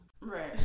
right